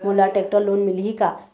मोला tractor loan मिलही का?